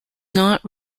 not